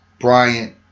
Bryant